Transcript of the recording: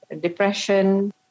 depression